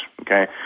Okay